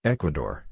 Ecuador